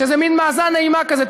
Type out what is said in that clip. שזה מין מאזן אימה כזה.